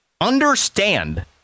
understand